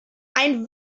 ein